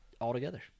altogether